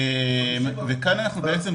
50%